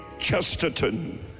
Chesterton